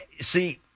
see